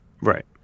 Right